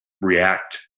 react